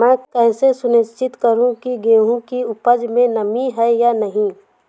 मैं कैसे सुनिश्चित करूँ की गेहूँ की उपज में नमी है या नहीं?